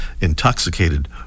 intoxicated